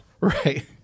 Right